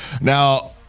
now